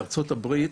בארה"ב,